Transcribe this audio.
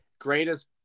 greatest